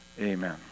Amen